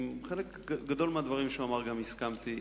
עם חלק גדול מהדברים שהוא אמר גם הסכמתי,